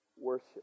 worship